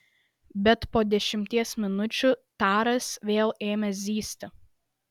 bet po dešimties minučių taras vėl ėmė zyzti